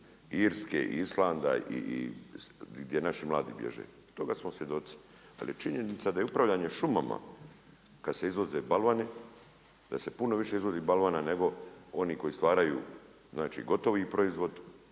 Irske i Islanda, gdje naši mladi bježe. Toga smo svjedoci. Ali je činjenica da je upravljanje šumama kada se izvoze balvani da se puno više izvozi balvana nego onih koji stvaraju znači gotovi proizvod,